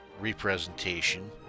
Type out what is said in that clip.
representation